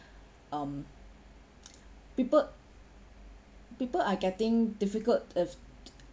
um people people are getting difficult if